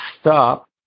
stop